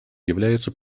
является